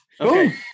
Okay